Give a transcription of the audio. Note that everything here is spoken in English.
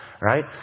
Right